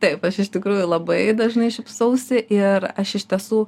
taip aš iš tikrųjų labai dažnai šypsausi ir aš iš tiesų